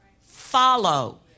follow